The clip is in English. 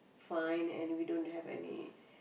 fine and we don't have any